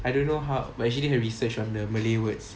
I don't know how but she did her research on the malay words